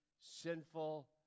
sinful